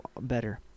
better